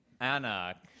Anna